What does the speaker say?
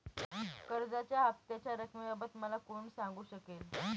कर्जाच्या हफ्त्याच्या रक्कमेबाबत मला कोण सांगू शकेल?